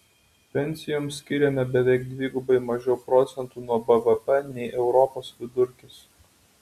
pensijoms skiriame beveik dvigubai mažiau procentų nuo bvp nei europos vidurkis